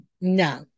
No